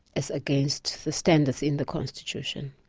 as against the standards in the constitution.